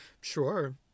sure